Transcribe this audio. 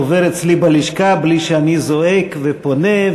שעובר אצלי בלשכה בלי שאני זועק ופונה,